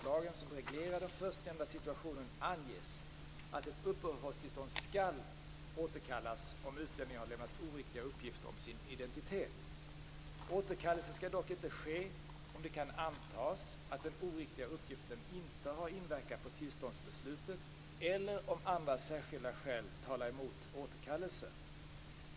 I 2 kap. 9 § utlänningslagen som reglerar den förstnämnda situationen anges att ett uppehållstillstånd skall återkallas om utlänningen har lämnat oriktiga uppgifter om sin identitet. Återkallelse skall dock inte ske om det kan antas att den oriktiga uppgiften inte har inverkat på tillståndsbeslutet eller om andra särskilda skäl talar emot återkallelse.